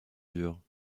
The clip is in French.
dur